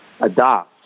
adopt